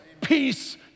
peace